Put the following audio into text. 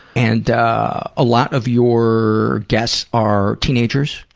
and a lot of your guests are teenagers,